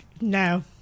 No